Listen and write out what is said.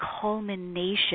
culmination